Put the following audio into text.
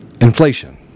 Inflation